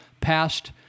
passed